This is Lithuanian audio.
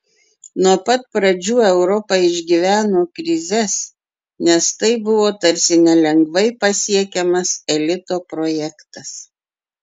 nuo pat pradžių europa išgyveno krizes nes tai buvo tarsi nelengvai pasiekiamas elito projektas